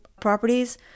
properties